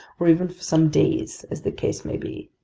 or even for some days as the case may be.